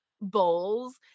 bowls